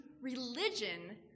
religion